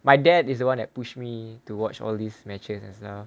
my dad is the one that push me to watch all these matches as well